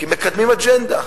כי מקדמים אג'נדה.